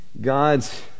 God's